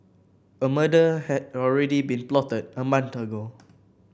a murder had already been plotted a month ago